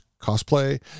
cosplay